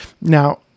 Now